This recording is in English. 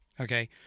Okay